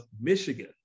Michigan